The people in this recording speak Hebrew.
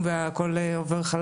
מה לבינוי.